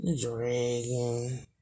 Dragon